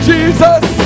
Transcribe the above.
Jesus